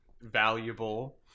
valuable